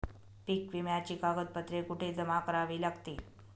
पीक विम्याची कागदपत्रे कुठे जमा करावी लागतील?